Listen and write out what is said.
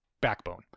backbone